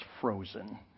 frozen